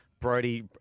Brody